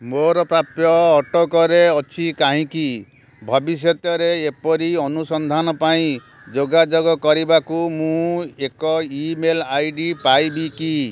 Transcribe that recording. ମୋର ପ୍ରାପ୍ୟ ଅଟକରେ ଅଛି କାହିଁକି ଭବିଷ୍ୟତରେ ଏପରି ଅନୁସନ୍ଧାନ ପାଇଁ ଯୋଗାଯୋଗ କରିବାକୁ ମୁଁ ଏକ ଇମେଲ୍ ଆଇଡ଼ି ପାଇବି କି